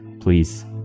Please